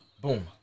Boom